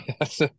Yes